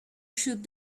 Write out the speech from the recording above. shoot